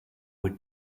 were